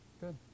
good